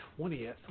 20th